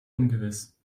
ungewiss